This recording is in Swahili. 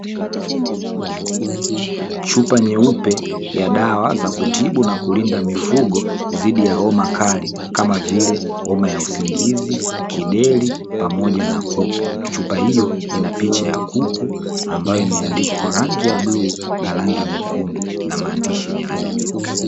Chupa nyeupe ya dawa ya kutibu na kulinda mifugo dhidi ya homa kali kama vile homa ya usingizi, kideri pamoja na kupe, chupa hiyo ina picha ya kuku ambayo imeandikwa kwa rangi ya buluu na rangi nyekundu na maandishi ya rangi nyeusi.